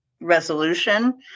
resolution